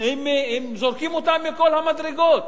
זורקים אותם מכל המדרגות.